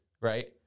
right